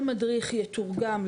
היא לא מספיק מדויקת,